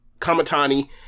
Kamatani